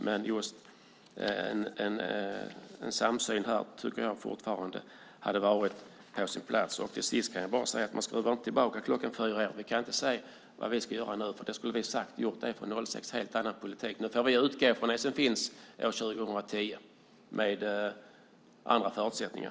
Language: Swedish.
Det är fortfarande på sin plats med en viss samsyn. Vi kan inte skruva tillbaka klockan fyra år. Vi kan inte säga vad vi skulle göra nu. År 2006 skulle vi ha haft en annan politik. Nu får vi utgå från det som finns år 2010 med andra förutsättningar.